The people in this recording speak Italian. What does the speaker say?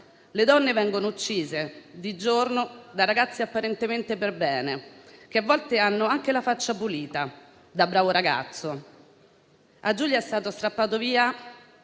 Le donne vengono uccise di giorno, da ragazzi apparentemente per bene, che a volte hanno anche la faccia pulita, da bravo ragazzo. A Giulia è stato strappato via